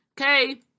Okay